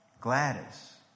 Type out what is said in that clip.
Gladys